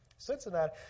Cincinnati